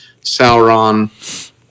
Sauron